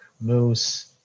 moose